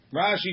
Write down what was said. Rashi